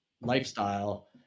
lifestyle